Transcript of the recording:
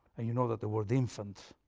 you know that the word infant,